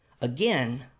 Again